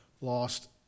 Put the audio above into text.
lost